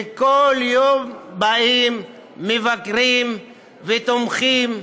וכל יום באים מבקרים ותומכים.